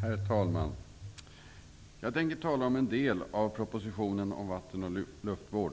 Herr talman! Jag skall tala om en del av betänkandet om vatten och luftvård.